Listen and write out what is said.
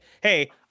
hey